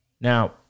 Now